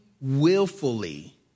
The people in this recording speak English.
willfully